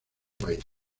país